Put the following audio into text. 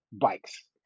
bikes